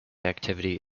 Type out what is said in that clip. activity